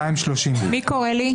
230. קארין,